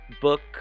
book